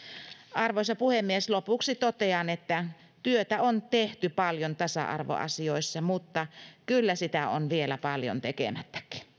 arvoisa puhemies lopuksi totean että työtä on tehty paljon tasa arvoasioissa mutta kyllä sitä on vielä paljon tekemättäkin